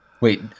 Wait